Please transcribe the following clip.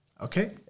okay